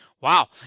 Wow